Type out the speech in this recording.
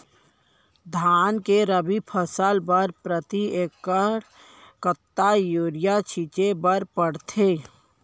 धान के रबि फसल बर प्रति एकड़ कतका यूरिया छिंचे बर पड़थे?